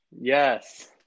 Yes